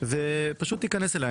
פשוט תיכנס אליי.